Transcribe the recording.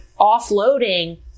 offloading